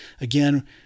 again